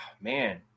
man